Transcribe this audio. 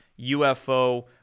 ufo